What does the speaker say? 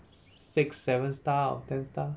six seven star out of ten star